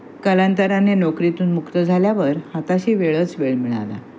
कालांतराने नोकरीतून मुक्त झाल्यावर हाताशी वेळच वेळ मिळाला